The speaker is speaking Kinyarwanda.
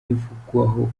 ivugwaho